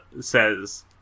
says